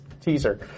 teaser